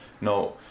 no